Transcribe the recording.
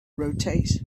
rotate